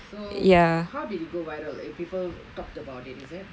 so how did it go viral people talked about it is it